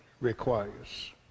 requires